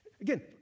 Again